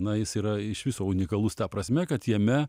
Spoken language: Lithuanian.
na jis yra iš viso unikalus ta prasme kad jame